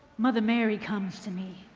mother mary comes to me.